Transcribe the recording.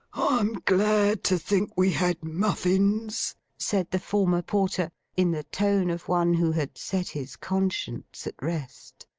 i'm glad to think we had muffins said the former porter, in the tone of one who had set his conscience at rest.